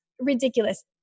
ridiculous